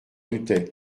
doutais